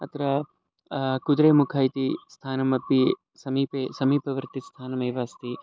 अत्र कुद्रेमुखम् इति स्थानमपि समीपे समीपवर्ति स्थानमेव अस्ति